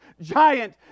giant